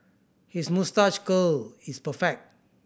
his moustache curl is perfect